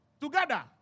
together